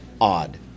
odd